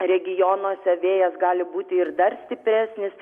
regionuose vėjas gali būti ir dar stipresnis